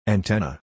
Antenna